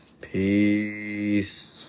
peace